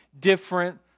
different